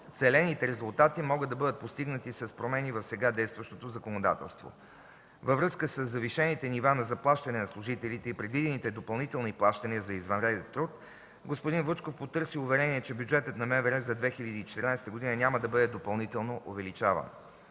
целените резултати могат да бъдат постигнати с промени в сега действащото законодателство. Във връзка със завишените нива на заплащане на служителите и предвидените допълнителни плащания за извънреден труд господин Вучков потърси уверение, че бюджетът на МВР за 2014 г. няма да бъде допълнително увеличаван.